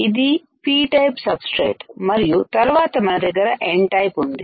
ఇది P P type substrate మరియు తర్వాత మన దగ్గర N టైపు ఉంది